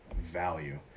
value